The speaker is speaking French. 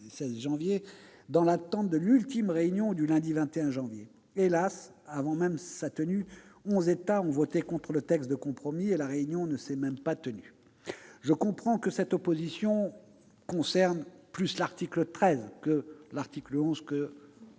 dans l'attente de l'ultime réunion du lundi 21 janvier. Toutefois, avant même sa tenue, onze États ont, hélas, voté contre le texte de compromis, et la réunion n'a même pas eu lieu. Je comprends que cette opposition concerne davantage l'article 13 que l'article 11,